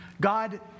God